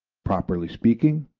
properly speaking,